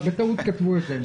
אז בטעות כתבו את זה.